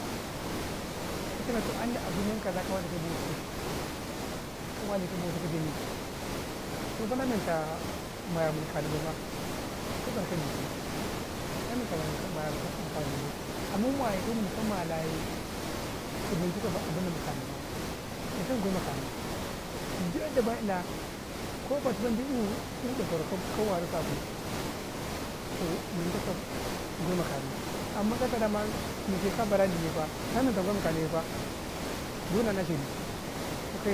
﻿Ka tama tu anya asu menka za, ka wali ka bauti, ka wali ka bauti, ka wali men ta ma ya nin kata bay faa, kabar kan nisi na nebta ma ye ni mini ka mala ye, toh men tau kau abu nan ma kanni, mentau mangay ma kan ni duk yadda ma inaa ko fati maddi'u'u ɗa kwarau, ka warisa ko, toh menta kau men gay ma kanni, amman kata daman mike ka bara Nne faa, na menta men go naka kanine faa, da wadi do nanna sharih.